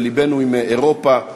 ולבנו עם אירופה.